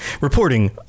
reporting